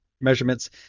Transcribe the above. measurements